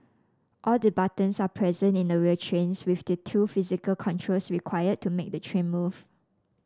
all the buttons are present in a real trains with the two physical controls required to make the train move